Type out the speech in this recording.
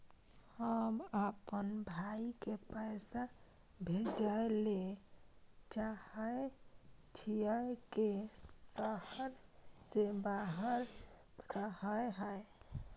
हम अपन भाई के पैसा भेजय ले चाहय छियै जे शहर से बाहर रहय हय